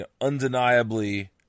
undeniably